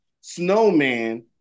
Snowman